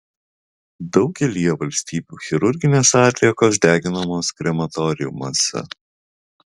daugelyje valstybių chirurginės atliekos deginamos krematoriumuose